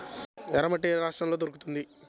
ఎర్రమట్టి ఏ రాష్ట్రంలో దొరుకుతుంది?